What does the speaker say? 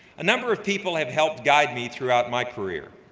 a number of people have helped guide me throughout my career.